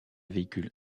véhicule